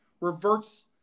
reverts